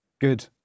Good